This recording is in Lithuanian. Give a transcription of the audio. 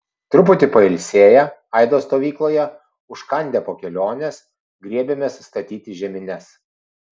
truputį pailsėję aido stovykloje užkandę po kelionės griebėmės statyti žemines